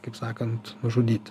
kaip sakant žudyti